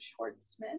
Schwartzman